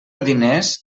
diners